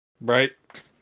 Right